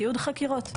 עבודתו.